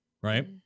Right